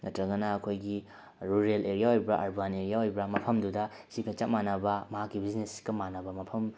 ꯅꯠꯇ꯭ꯔꯒꯅ ꯑꯩꯈꯣꯏꯒꯤ rural area ꯑꯣꯏꯕ꯭ꯔ ꯑꯔꯕꯥꯟ ꯑꯦꯔꯤꯌꯥ ꯑꯣꯏꯕ꯭ꯔ ꯃꯐꯝꯗꯨꯗ ꯁꯤꯒ ꯆꯞ ꯃꯥꯟꯅꯕ ꯃꯍꯥꯛꯀꯤ ꯕꯤꯖꯤꯅꯦꯁꯀ ꯃꯥꯟꯅꯕ ꯃꯐꯝ